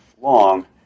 long